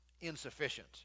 insufficient